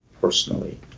personally